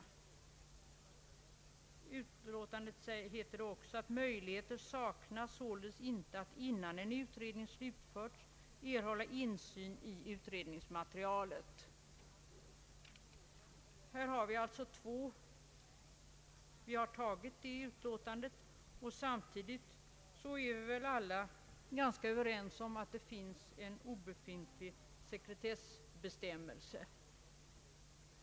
I utlåtandet heter det också: ”Möjligheter saknas således inte att innan en utredning slutförts erhålla insyn i utredningsmaterialet.” Vi har antagit det utlåtandet, men samtidigt är vi medvetna om att man kan tala om en obefintlig sekretessbestämmelse.